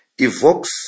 evokes